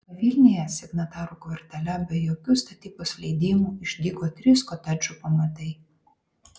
pavilnyje signatarų kvartale be jokių statybos leidimų išdygo trys kotedžų pamatai